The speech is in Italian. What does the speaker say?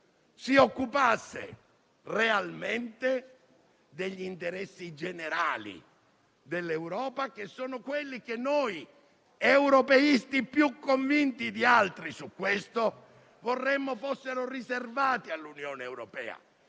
si occupasse realmente degli interessi generali dell'Europa, che sono quelli che noi europeisti più convinti di altri su questo vorremmo fossero riservati all'Unione europea,